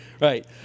right